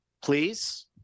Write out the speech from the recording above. please